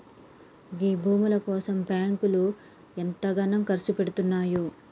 గీ భూముల కోసం బాంకులు ఎంతగనం కర్సుపెడ్తున్నయో